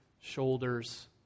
shoulders